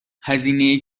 هزینه